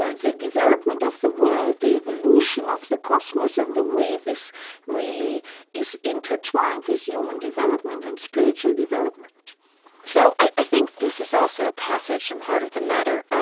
ah the development of the world, the evolution of the cosmos, and the way this really is intertwined with human development and spiritual development so i think this is also a passage from heart of the matter,